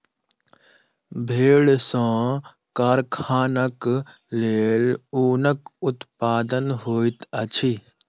भेड़ सॅ कारखानाक लेल ऊनक उत्पादन होइत अछि